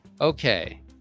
Okay